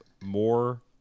more